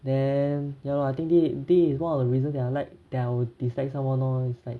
then ya lor I think this is this is one of the reasons that I like that I will dislike someone lor it's like